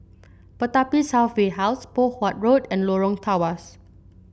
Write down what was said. Pertapis Halfway House Poh Huat Road and Lorong Tawas